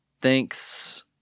Thanks